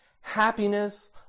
happiness